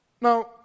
Now